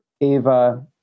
Ava